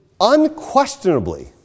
unquestionably